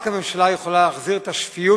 רק הממשלה יכולה להחזיר את השפיות